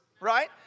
Right